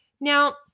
Now